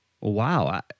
Wow